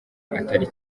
atari